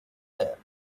there